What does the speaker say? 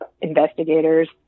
investigators